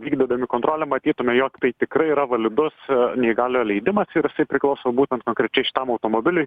vykdydami kontrolę matytume jog tai tikrai yra validus neįgaliojo leidimas ir jisai priklauso būtent konkrečiai šitam automobiliui